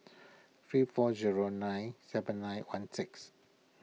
three four zero nine seven nine one six